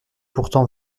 pourtant